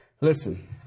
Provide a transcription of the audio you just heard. Listen